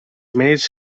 mèrits